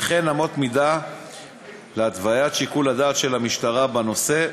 וכן אמות מידה להתוויית שיקול הדעת של המשטרה בנושא.